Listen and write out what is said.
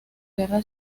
guerra